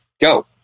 Go